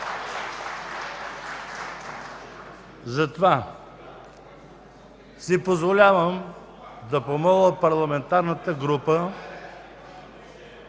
Затова си позволявам да помоля парламентарната група